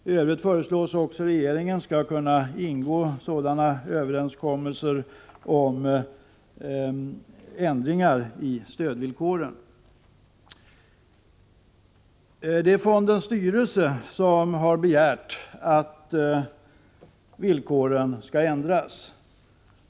I övrigt föreslås att regeringen skall kunna ingå överenskommelser om ändringar i stödvillkoren. Det är fondens styrelse som har begärt att villkoren skall ändras.